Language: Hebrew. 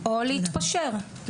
או להתפשר,